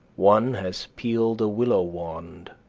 one has peeled a willow wand,